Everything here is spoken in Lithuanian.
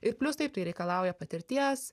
ir plius taip tai reikalauja patirties